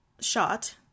shot